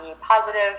positive